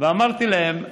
אמרתי להם: